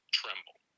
tremble